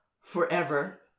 forever